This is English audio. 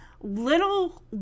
little